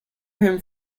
him